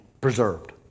preserved